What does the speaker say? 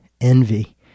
Envy